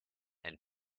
and